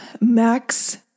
Max